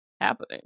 happening